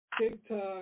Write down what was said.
TikTok